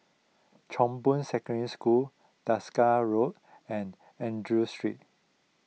Chong Boon Secondary School Desker Road and andrew Street